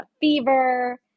fever